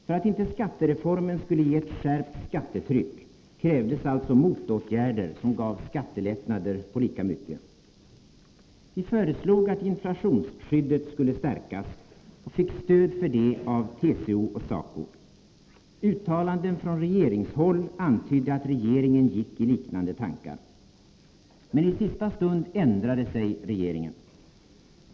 För att inte skattereformen skulle ge ett skärpt skattetryck krävdes alltså motåtgärder som gav skattelättnader på lika mycket. Vi föreslog att inflationsskyddet skulle stärkas och fick för detta stöd av TCO och SACO/SR. Uttalanden från regeringshåll antydde att regeringen gick i liknande tankar. Men i sista stund ändrade sig regeringen.